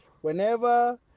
whenever